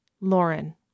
Lauren